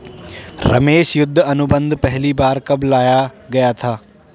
रमेश युद्ध अनुबंध पहली बार कब लाया गया था?